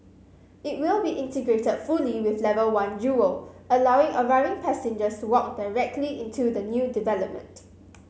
it will be integrated fully with level one of Jewel allowing arriving passengers to walk directly into the new development